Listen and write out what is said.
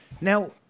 Now